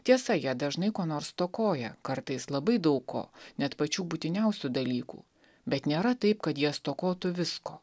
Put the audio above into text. tiesa jie dažnai ko nors stokoja kartais labai daug ko net pačių būtiniausių dalykų bet nėra taip kad jie stokotų visko